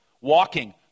Walking